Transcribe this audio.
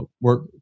work